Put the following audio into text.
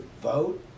vote